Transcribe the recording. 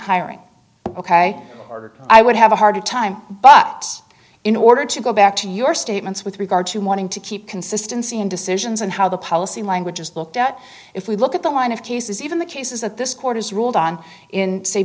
hiring ok i would have a hard time but in order to go back to your statements with regard to morning to keep consistency in decisions and how the policy language is looked at if we look at the line of cases even the cases that this court has ruled on in